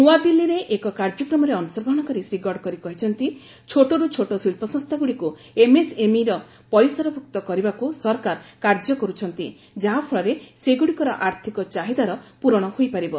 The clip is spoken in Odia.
ନ୍ତଆଦିଲ୍ଲୀରେ ଏକ କାର୍ଯ୍ୟକ୍ରମରେ ଅଂଶଗ୍ରହଣ କରି ଶ୍ରୀ ଗଡ଼କରୀ କହିଛନ୍ତି ଛୋଟରୁ ଛୋଟ ଶିଳ୍ପ ସଂସ୍ଥାଗୁଡ଼ିକୁ ଏମ୍ଏସ୍ଏମ୍ଇ ର ପରିସର ଭୁକ୍ତ କରିବାକୁ ସରକାର କାର୍ଯ୍ୟ କରୁଛନ୍ତି ଯାହା ଫଳରେ ସେଗୁଡ଼ିକର ଆର୍ଥିକ ଚାହିଦାର ପୂରଣ ହୋଇପାରିବ